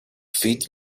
feet